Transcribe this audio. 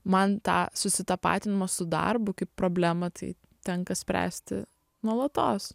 man tą susitapatinimą su darbu kaip problemą tai tenka spręsti nuolatos